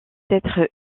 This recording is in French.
être